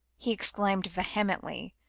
he exclaimed vehemently,